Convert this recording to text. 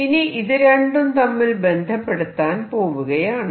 ഇനി ഇത് രണ്ടും തമ്മിൽ ബന്ധപ്പെടുത്താൻ പോവുകയാണ്